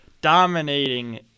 dominating